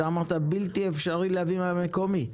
אתה אמרת בלתי אפשרי להביא מהמקומי,